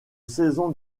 saison